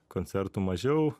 koncertų mažiau